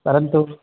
परन्तु